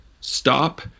Stop